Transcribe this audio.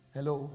Hello